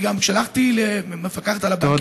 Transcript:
גם שלחתי למפקחת על הבנקים,